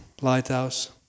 Lighthouse